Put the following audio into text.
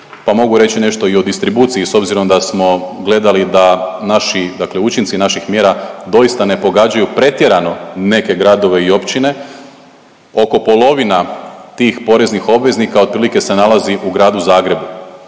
pa mogu reći nešto i o distribuciji s obzirom da smo gledali da naši dakle učinci naših mjera doista ne pogađaju pretjerano neke gradove i općine. Oko polovina tih poreznih obveznika otprilike se nalazi u gradu Zagrebu,